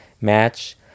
match